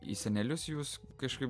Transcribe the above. į senelius jūs kažkaip